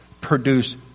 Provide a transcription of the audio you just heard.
produce